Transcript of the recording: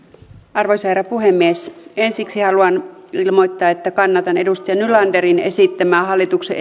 arvoisa herra puhemies ensiksi haluan ilmoittaa että kannatan edustaja nylanderin esittämää hallituksen